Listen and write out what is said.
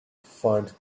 find